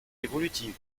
évolutive